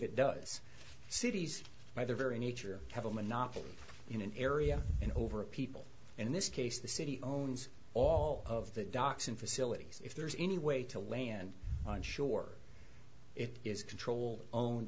it does cities by their very nature have a monopoly in an area and over a people in this case the city owns all of the docks and facilities if there is any way to land on shore it is control owned